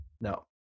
no